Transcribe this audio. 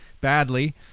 badly